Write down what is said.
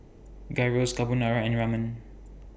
Gyros Carbonara and Ramen